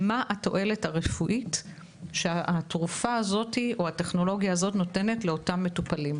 מהי התועלת הרפואית שהתרופה או הטכנולוגיה נותנת לאותם מטופלים?